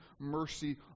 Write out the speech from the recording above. mercy